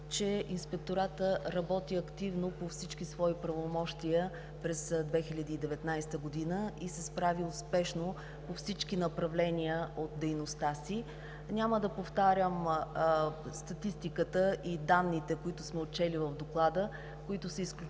че Инспекторатът работи активно по всички свои правомощия през 2019 г. и се справи успешно по всички направления от дейността си. Няма да повтарям статистиката и данните, които сме отчели в Доклада и които са изключително